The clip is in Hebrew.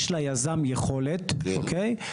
יש ליזם יכולת, אוקיי?